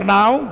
now